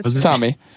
Tommy